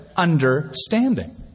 Understanding